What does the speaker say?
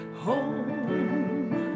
home